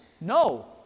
No